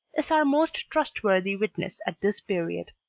is our most trustworthy witness at this period.